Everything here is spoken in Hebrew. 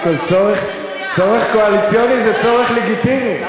קודם כול, צורך קואליציוני זה צורך לגיטימי.